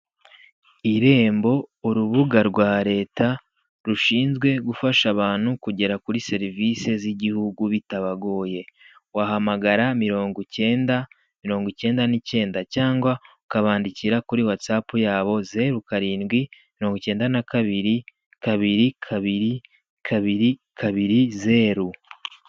Irembo urubuga rwa leta rushinzwe gufasha abantu kugera kuri serivisi z'igihugu bitabagoye, wahamagara mirongo icyenda mirongo icyenda n'icyenda cyangwa ukabandikira kuri whatsapp yabo, zeru karindwi mirongo icyenda na kabiri kabiri kabiri kabiri kabiri zeru.